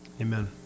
Amen